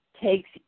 takes